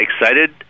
excited